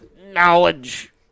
knowledge